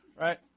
right